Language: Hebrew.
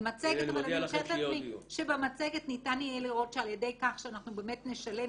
אני מתארת לעצמי שבמצגת ניתן יהיה לראות שעל ידי כך שאנחנו באמת נשלם,